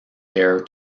heir